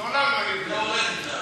זה המקום.